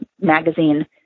magazine